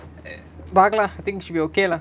பாகளா:paakala think should be okay lah